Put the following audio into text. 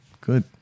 Good